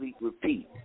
repeat